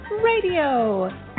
Radio